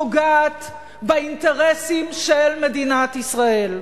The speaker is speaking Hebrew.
פוגעת באינטרסים של מדינת ישראל.